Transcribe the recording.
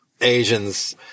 Asians